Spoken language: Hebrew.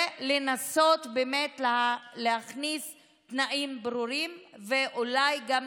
לנסות באמת להכניס תנאים ברורים, ואולי גם,